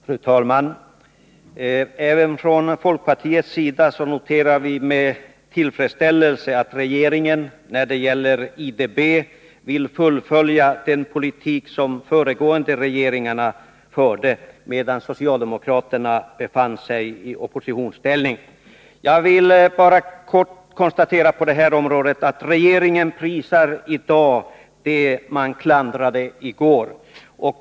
Fru talman! Även från folkpartiets sida noterar vi med tillfredsställelse att regeringen när det gäller IDB vill fullfölja den politik som de föregående regeringarna förde medan socialdemokraterna befann sig i oppositionsställning. Jag vill bara kort konstatera att på detta område prisar regeringen i dag det man klandrade i går.